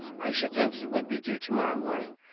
i should think he would be due to-morrow morning.